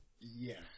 yes